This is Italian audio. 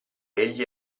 egli